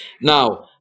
Now